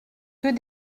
que